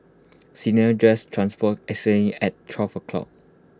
Cinderella's dress transformed at twelve o'clock